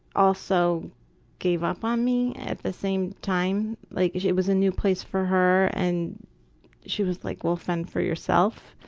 also gave up on me at the same time. like it was a new place for her and she was like, well fend for yourself.